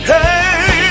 Hey